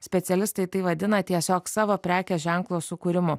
specialistai tai vadina tiesiog savo prekės ženklo sukūrimu